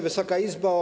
Wysoka Izbo!